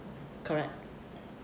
correct